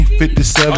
57